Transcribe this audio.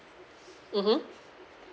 mmhmm